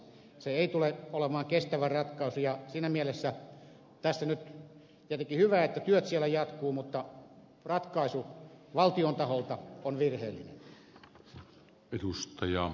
se ei tule olemaan kestävä ratkaisu ja siinä mielessä tässä on nyt tietenkin hyvä että työt siellä jatkuvat mutta ratkaisu valtion taholta on virheellinen